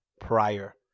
prior